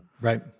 Right